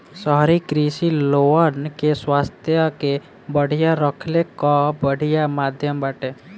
शहरी कृषि लोगन के स्वास्थ्य के बढ़िया रखले कअ बढ़िया माध्यम बाटे